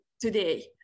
today